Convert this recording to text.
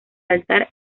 altar